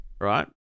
right